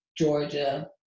Georgia